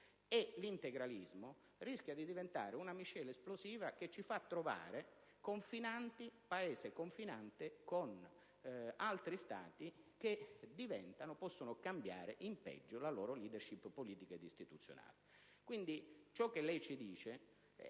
e l'integralismo diventi una miscela esplosiva, che ci fa trovare Paese confinante con altri Stati che possono cambiare in peggio la loro *leadership* politica ed istituzionale.